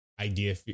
idea